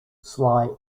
sly